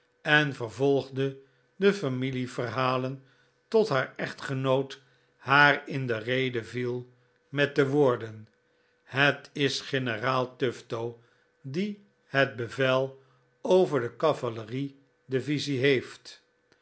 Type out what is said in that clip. en vervolgde de familieverhalen tot haar echtgenoot haar in de rede viel met de woorden het is generaal tufto die het bevel over de cavalerie divisie heeft